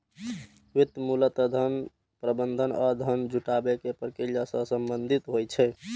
वित्त मूलतः धन प्रबंधन आ धन जुटाबै के प्रक्रिया सं संबंधित होइ छै